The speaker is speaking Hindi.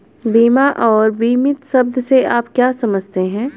बीमा और बीमित शब्द से आप क्या समझते हैं?